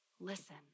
Listen